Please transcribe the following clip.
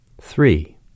Three